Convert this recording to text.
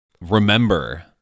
remember